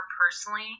personally